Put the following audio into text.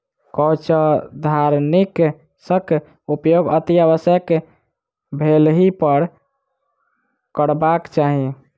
कवचधारीनाशक उपयोग अतिआवश्यक भेलहिपर करबाक चाहि